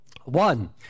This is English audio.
One